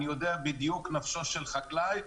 אני יודע בדיוק נפשו של חקלאי.